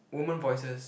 woman voices